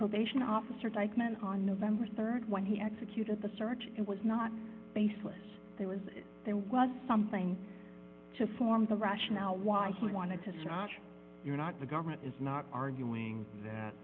probation officer dykeman on november rd when he executed the search it was not baseless there was there was something to form the rationale why he wanted to snatch you're not the government is not arguing that